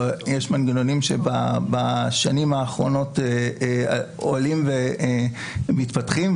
ויש מנגנונים שבשנים האחרונות עולים ומתפתחים,